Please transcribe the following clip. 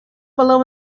below